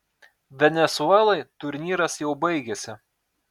venesuelai turnyras jau baigėsi